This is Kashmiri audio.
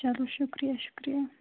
چلو شُکریہ شُکریہ